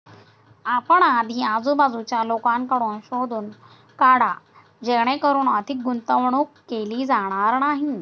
आपण आधी आजूबाजूच्या लोकांकडून शोधून काढा जेणेकरून अधिक गुंतवणूक केली जाणार नाही